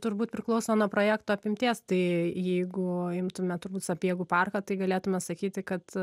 turbūt priklauso nuo projekto apimties tai jeigu imtume turbūt sapiegų parką tai galėtume sakyti kad